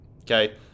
okay